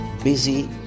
busy